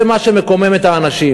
זה מה שמקומם את האנשים.